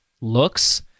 looks